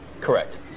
Correct